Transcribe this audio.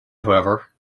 however